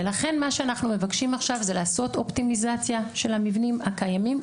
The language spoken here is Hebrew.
ולכן מה שאנחנו מבקשים עכשיו זה לעשות אופטימיזציה של המבנים הקיימים,